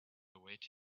await